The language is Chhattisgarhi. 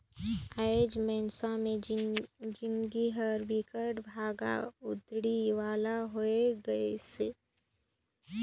आएज मइनसे मे जिनगी हर बिकट भागा दउड़ी वाला होये गइसे